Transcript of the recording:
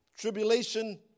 Tribulation